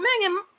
Megan